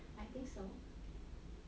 I think so